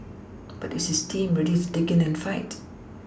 but is his team ready to dig in and fight